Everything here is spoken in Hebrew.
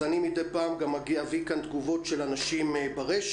אני מדי פעם גם אביא כאן תגובות של אנשים ברשת,